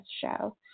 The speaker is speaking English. show